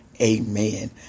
amen